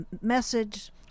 message